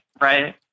right